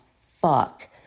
fuck